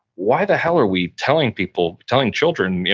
why the hell are we telling people, telling children,